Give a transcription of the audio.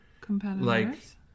competitors